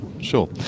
sure